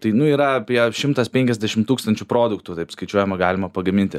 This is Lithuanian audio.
tai nu yra apie šimtas penkiasdešim tūkstančių produktų taip skaičiuojama galima pagaminti